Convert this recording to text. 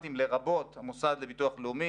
הרלוונטיים לרבות המוסד לביטוח לאומי,